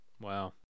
Wow